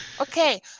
Okay